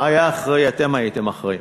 אתם הייתם אחראים